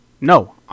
no